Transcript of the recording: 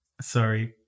Sorry